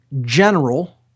general